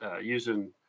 using